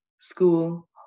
school